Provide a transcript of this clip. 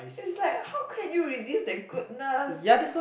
it's like how can you resist that goodness